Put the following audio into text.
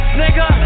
nigga